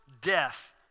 death